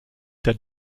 der